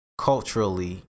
culturally